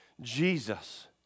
Jesus